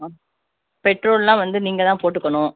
ஆ பெட்ரோல்லாம் வந்து நீங்கள் தான் போட்டுக்கணும்